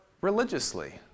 religiously